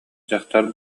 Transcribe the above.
дьахтар